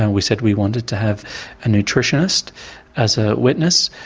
and we said we wanted to have a nutritionist as a witness,